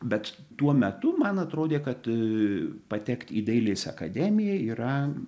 bet tuo metu man atrodė kad patekt į dailės akademiją yra